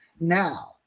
now